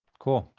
cool.